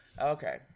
Okay